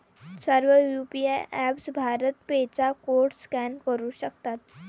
सर्व UPI apps Bharat Pe चा code scan करू शकतात